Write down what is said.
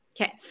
Okay